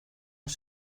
los